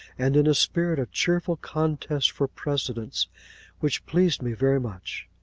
and in a spirit of cheerful contest for precedence which pleased me very much.